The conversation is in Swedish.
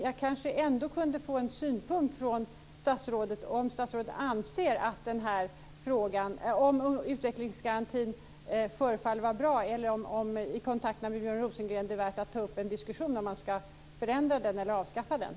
Jag kanske ändå kan få en synpunkt från statsrådet om hon anser att utvecklingsgarantin förefaller vara bra eller om hon vid kontakterna med Björn Rosengren anser det vara värt att ta upp en diskussion om ifall den ska förändras eller avskaffas.